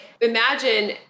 imagine